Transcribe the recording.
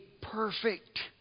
perfect